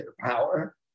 power